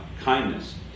kindness